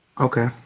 okay